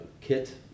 kit